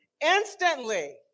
Instantly